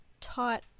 taught